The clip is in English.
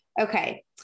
Okay